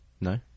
No